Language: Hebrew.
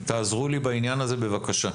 תעזרו לי בעניין הזה, בבקשה.